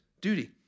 duty